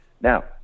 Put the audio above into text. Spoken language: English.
Now